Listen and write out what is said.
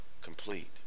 complete